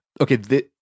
Okay